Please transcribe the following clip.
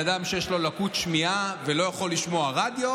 אדם שיש לו לקות שמיעה ולא יכול לשמוע רדיו,